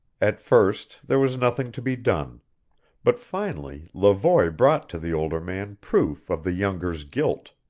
at first there was nothing to be done but finally levoy brought to the older man proof of the younger's guilt.